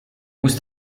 moest